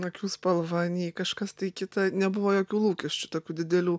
akių spalva nei kažkas tai kita nebuvo jokių lūkesčių tokių didelių